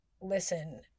listen